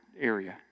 area